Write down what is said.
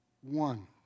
one